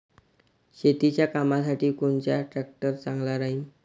शेतीच्या कामासाठी कोनचा ट्रॅक्टर चांगला राहीन?